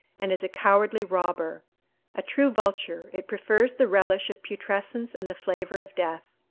and is a cowardly robber a true vulture, it prefers the relish of putrescence and the flavor of death.